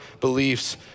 beliefs